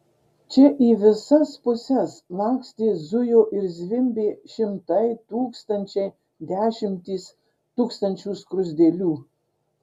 čia į visas puses lakstė zujo ir zvimbė šimtai tūkstančiai dešimtys tūkstančių skruzdėlių